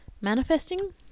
manifesting